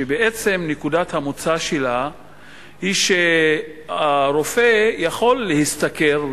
שבעצם נקודת המוצא שלה היא שהרופא יכול להשתכר,